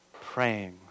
praying